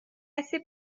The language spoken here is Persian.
هستی